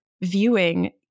viewing